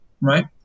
right